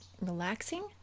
relaxing